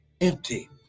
empty